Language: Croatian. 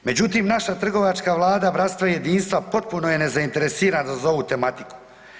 Međutim naša trgovačka Vlada bratstva i jedinstva potpuno je nezainteresirana za ovu tematiku.